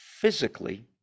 physically